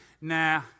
nah